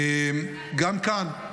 גם כאן,